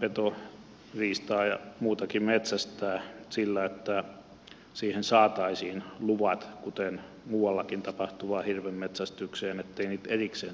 petoriistaa ja muutakin metsästää siten että siihen saataisiin luvat kuten muuallakin tapahtuvaan hirvenmetsästykseen ettei niitä erikseen tarvitsisi anoa